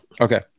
Okay